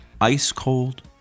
ice-cold